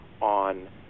on